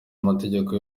mategeko